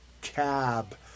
cab